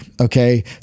okay